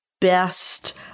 best